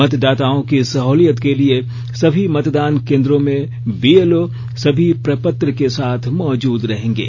मतदाताओं की सहूलियत के लिए सभी मतदान केंद्रों में बीएलओ सभी प्रपत्र के साथ मौजूद रहेंगे